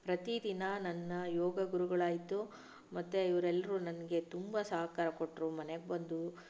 ಪ್ರತಿದಿನ ನನ್ನ ಯೋಗ ಗುರುಗಳಾಯಿತು ಮತ್ತೆ ಇವರೆಲ್ಲರೂ ನನಗೆ ತುಂಬ ಸಹಕಾರ ಕೊಟ್ಟರು ಮನೆಗೆ ಬಂದು